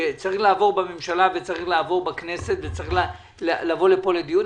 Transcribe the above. שצריך לעבור בממשלה וצריך לעבור בכנסת וצריך לבוא לפה לדיון,